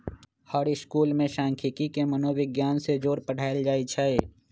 हर school में सांखियिकी के मनोविग्यान से जोड़ पढ़ायल जाई छई